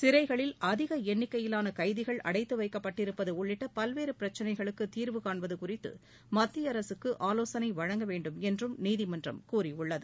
சிறைகளில் அதிக அண்ணிக்கையிலான கைதிகள் அடைத்து வைக்கப்பட்டிருப்பது உள்ளிட்ட பல்வேறு பிரச்சினைகளுக்கு தீர்வு காண்பது குறித்து மத்திய அரசுக்கு ஆவோசனை வழங்கவேண்டும் என்றும் நீதிமன்றம் கூறியுள்ளது